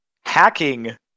hacking